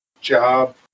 job